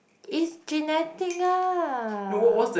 it's genetic ah